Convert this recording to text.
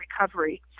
recovery